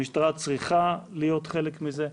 המשטרה צריכה להיות חלק מזה.